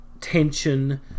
tension